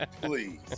Please